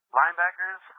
linebackers